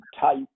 type